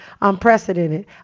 unprecedented